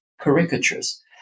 caricatures